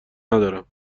ندارم